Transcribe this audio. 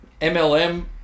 MLM